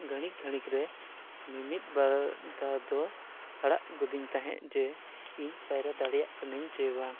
ᱜᱷᱟᱲᱤᱠ ᱜᱷᱟᱲᱤᱠ ᱨᱮ ᱢᱤᱢᱤᱫ ᱵᱟᱨ ᱫᱷᱟᱣ ᱫᱚᱭ ᱟᱲᱟᱜ ᱜᱚᱫᱤᱧ ᱛᱟᱦᱮᱸᱫ ᱡᱮ ᱤᱧ ᱯᱟᱭᱨᱟ ᱫᱟᱲᱮᱭᱟᱜ ᱠᱟᱹᱱᱟᱹᱧ ᱪᱮ ᱵᱟᱝ